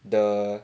the